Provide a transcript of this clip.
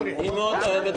אני מאוד אוהב את קרן.